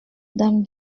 dame